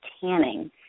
tanning